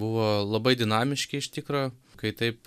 buvo labai dinamiški iš tikro kai taip